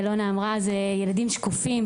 א' ו' אמרה זה "ילדים שקופים",